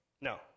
No